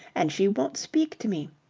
and she won't speak to me.